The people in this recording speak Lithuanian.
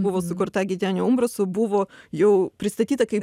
buvo sukurta gitenio umbraso buvo jau pristatyta kaip